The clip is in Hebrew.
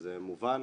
שזה מובן.